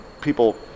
people